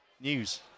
news